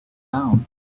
down